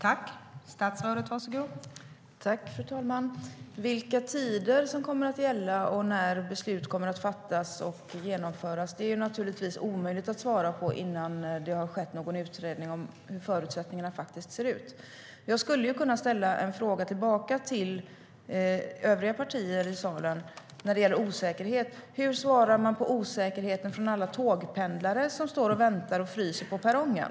Fru talman! Vilka tider som kommer att gälla och när beslut kommer att fattas och genomföras är naturligtvis omöjligt att svara på innan det har skett någon utredning om hur förutsättningarna faktiskt ser ut. Jag skulle kunna ställa en fråga tillbaka till övriga partier i salen när det gäller osäkerhet. Hur svarar man på frågor när det gäller osäkerhet från alla tågpendlare som står och väntar och fryser på perrongen?